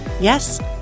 Yes